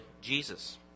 jesus